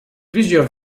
plusieurs